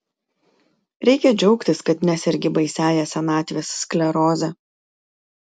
reikia džiaugtis kad nesergi baisiąja senatvės skleroze